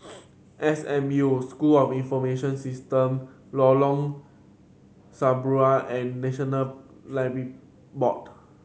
S M U School of Information System Lorong Serambi and National Library Board